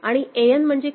आणि An म्हणजे काय